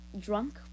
drunk